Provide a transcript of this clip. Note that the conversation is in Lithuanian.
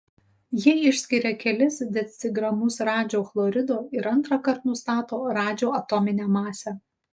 ji išskiria kelis decigramus radžio chlorido ir antrąkart nustato radžio atominę masę